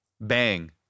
Bang